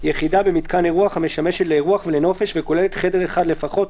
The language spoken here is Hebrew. יחידה במיתקן אירוח המשמשת לאירוח ולנופש וכוללת חדר אחד לפחות,